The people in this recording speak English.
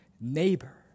neighbor